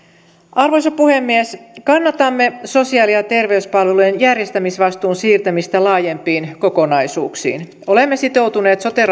arvoisa puhemies kannatamme sosiaali ja terveyspalvelujen järjestämisvastuun siirtämistä laajempiin kokonaisuuksiin olemme sitoutuneet sote